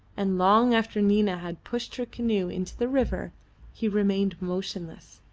and long after nina had pushed her canoe into the river he remained motionless,